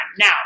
Now